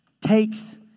takes